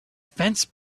fence